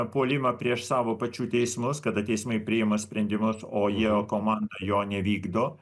puolimą prieš savo pačių teismus kada teismai priima sprendimus o jo komanda jo nevykdo